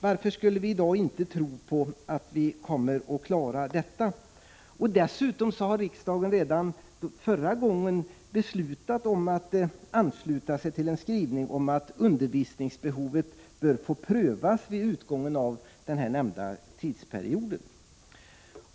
Varför skulle vi i dag inte tro att vi kommer att klara det? Dessutom har riksdagen redan tidigare beslutat ansluta sig till en skrivning om att undervisningsbehovet bör få prövas vid utgången av den nämnda tidsperioden.